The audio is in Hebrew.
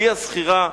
בלי הזכירה,